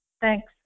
Thanks